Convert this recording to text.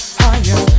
higher